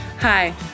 Hi